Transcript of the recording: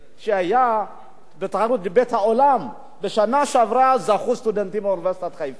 העולמית שהיתה בשנה שעברה זכו סטודנטים מאוניברסיטת חיפה.